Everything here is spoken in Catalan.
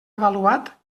avaluat